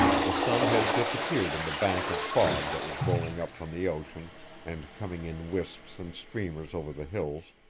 the sun had disappeared in the bank of fog that was rolling up from the ocean and coming in wisps and streamers over the hills,